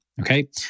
Okay